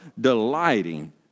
delighting